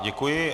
Děkuji.